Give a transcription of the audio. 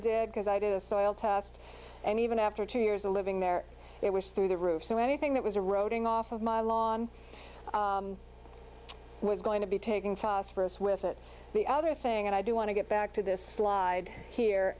did because i did a soil test and even after two years of living there it was through the roof so anything that was eroding off of my lawn was going to be taking phosphorous with it the other thing and i do want to get back to this slide here